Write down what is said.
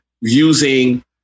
using